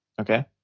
Okay